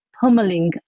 pummeling